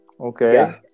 okay